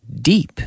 deep